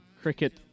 cricket